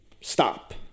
stop